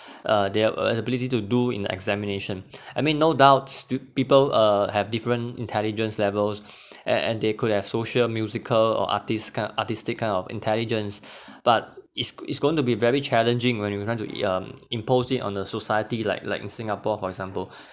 uh they have uh ability to do in examination I mean no doubt still people uh have different intelligence levels and and they could have social musical or artist kind artistic kind of intelligence but it's it's going to be very challenging when if we want to it um impose it on a society like like in singapore for example